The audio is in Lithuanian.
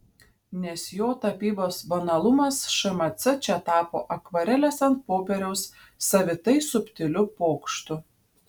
nes jo tapybos banalumas šmc čia tapo akvarelės ant popieriaus savitai subtiliu pokštu